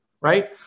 right